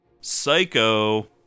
Psycho